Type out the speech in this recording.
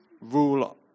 rule